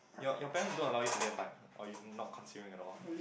your your parents don't allow you to get bike ah or you not considering at all